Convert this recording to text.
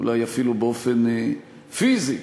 אולי אפילו באופן פיזי,